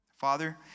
Father